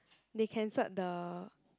they cancelled the